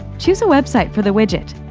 choose a website for the widget.